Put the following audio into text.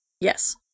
Yes